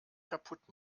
kaputt